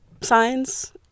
signs